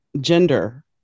gender